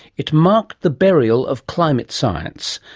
it marked the burial of climate science,